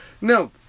No